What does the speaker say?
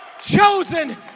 chosen